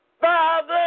Father